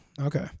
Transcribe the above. okay